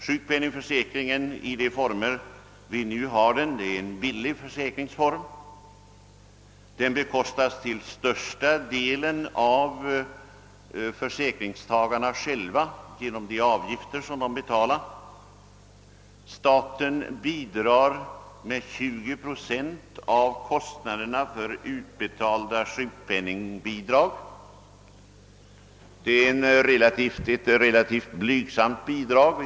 Sjukpenningförsäkringen i de nuvarande formerna är en billig försäkring som till största delen bekostas av försäkringstagarna själva genom de avgifter som de erlägger. Staten bidrar med 20 procent av kostnaderna för utbetalda sjukpenningersättningar. Detta är ett relativt blygsamt statsbidrag.